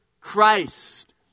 Christ